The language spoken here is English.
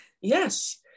yes